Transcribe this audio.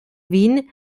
wien